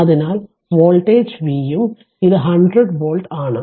അതിനാൽ voltage V ഉം ഇത് 100 വോൾട്ടും ആണ്